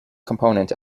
component